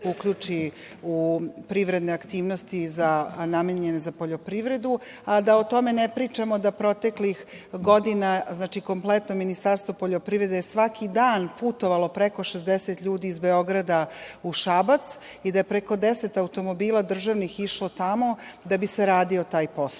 uključi u privredne aktivnosti namenjene za poljoprivredu. Da ne pričamo o tome da je proteklih godina kompletno Ministarstvo poljoprivrede svaki dan putovalo, preko 60 ljudi, iz Beograda u Šabac i da je preko 10 državnih automobila išlo tamo, da bi se radio taj posao.